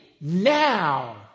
now